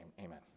amen